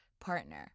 partner